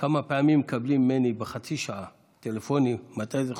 כמה פעמים מקבלים ממני בחצי שעה טלפונים: מתי זה חוזר?